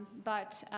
but